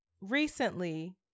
recently